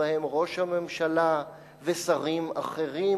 ובהם ראש הממשלה ושרים אחרים,